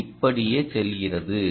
இது இப்படியே செல்கிறது